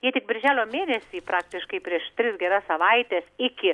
jie tik birželio mėnesį praktiškai prieš tris geras savaites iki